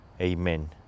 Amen